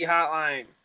Hotline